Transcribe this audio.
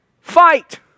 Fight